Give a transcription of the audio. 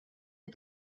but